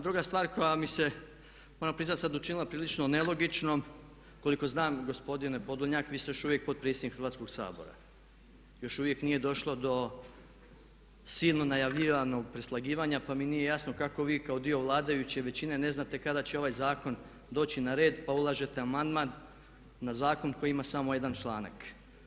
Druga stvar koja mi se moram priznati sada učinila prilično nelogičnom koliko znam, gospodine Podolonjak, vi ste još uvijek potpredsjednik Hrvatskoga sabora, još uvijek nije došlo do silno najavljivanog preslagivanja pa mi nije jasno kako vi kao dio vladajuće većine ne znate kada će ovaj zakon doći na red pa ulažete amandman na zakon koji ima samo jedan članak.